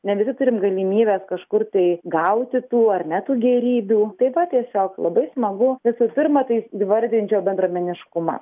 ne visi turim galimybes kažkur tai gauti tų ar ne tų gėrybių tai va tiesiog labai smagu visų pirmą tai įvardinčiau bendruomeniškumą